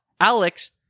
Alex